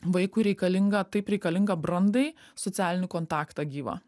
vaikui reikalingą taip reikalingą brandai socialinį kontaktą gyvą